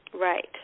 Right